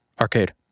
arcade